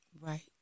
Right